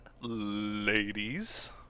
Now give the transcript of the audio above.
Ladies